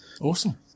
awesome